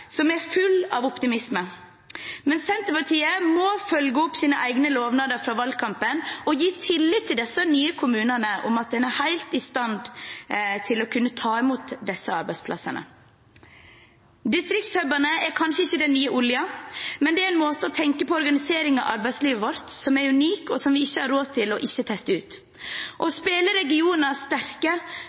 som er fulle av optimisme. Men Senterpartiet må følge opp sine egne lovnader fra valgkampen og ha tillit til at disse nye kommunene er helt i stand til å kunne ta imot disse arbeidsplassene. Distriktshubene er kanskje ikke den nye oljen, men det er en måte å tenke på organisering av arbeidslivet vårt som er unik, og som vi ikke har råd til ikke å teste ut. Å spille regioner sterke